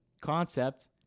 concept